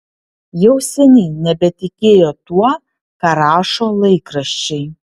jau seniai nebetikėjo tuo ką rašo laikraščiai